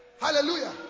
Hallelujah